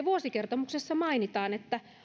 vuosikertomuksessa mainitaan että